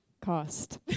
cost